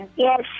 Yes